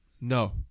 No